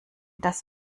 das